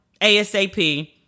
ASAP